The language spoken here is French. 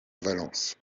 valence